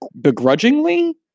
begrudgingly